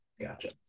Gotcha